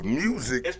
music